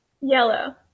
Yellow